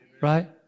Right